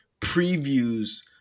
previews